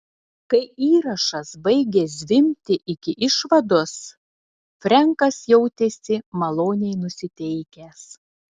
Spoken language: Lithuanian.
kai įrašas baigė zvimbti iki išvados frenkas jautėsi maloniai nusiteikęs